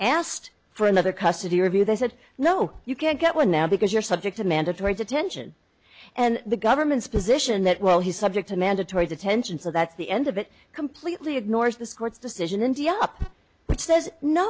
asked for another custody review they said no you can't get one now because you're subject to mandatory detention and the government's position that well he's subject to mandatory detention so that's the end of it completely ignores this court's decision india up but says no